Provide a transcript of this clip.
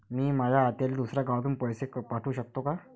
मी माया आत्याले दुसऱ्या गावातून पैसे पाठू शकतो का?